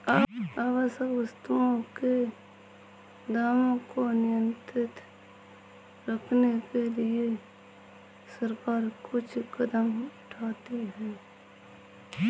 आवश्यक वस्तुओं के दामों को नियंत्रित रखने के लिए सरकार कुछ कदम उठाती है